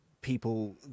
people